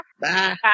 Bye